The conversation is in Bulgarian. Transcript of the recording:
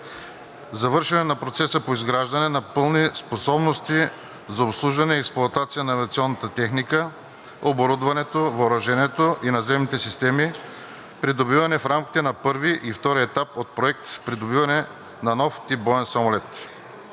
завършване на процеса по изграждане на пълни способности за обслужване и експлоатация на авиационната техника, оборудването, въоръжението и наземните системи, придобивани в рамките на първи и втори етап от Проект „Придобиване на нов тип боен самолет“;